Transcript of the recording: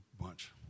bunch